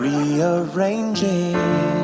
Rearranging